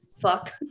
Fuck